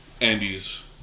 Andy's